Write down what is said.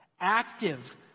active